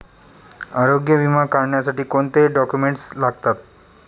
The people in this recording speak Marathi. आरोग्य विमा काढण्यासाठी कोणते डॉक्युमेंट्स लागतात?